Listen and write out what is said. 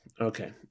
Okay